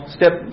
Step